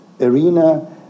arena